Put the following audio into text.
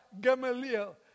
Gamaliel